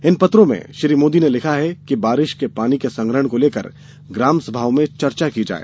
इन पत्रों में श्री मोदी ने लिखा है कि बारिश के पानी के संग्रहण को लेकर ग्रामसभाओं में चर्चा की जाये